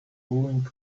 going